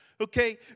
Okay